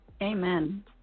Amen